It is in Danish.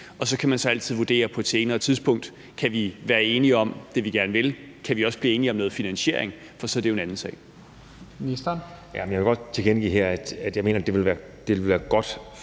Og så kan man så altid vurdere på et senere tidspunkt, om vi kan være enige om det, vi gerne vil, og om vi også kan blive enige om noget finansiering. For så er det jo en anden sag.